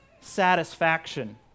satisfaction